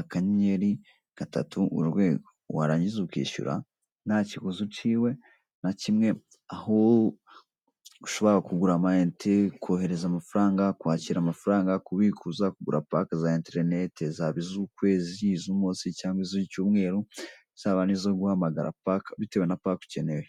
akanyenyeri gatatu, urwego, warangiza ukishyura nta kiguzi uciwe na kimwe, aho ushobora kugura amayinite, kohereza amafaranga, kwakira amafaranga, kubikuza, kugura pake za interineti, zaba iz'ukwezi, iz'umunsi cyangwa iz'icyumweru, zaba n'izo guhamagara, pake, bitewe na pake ukeneye.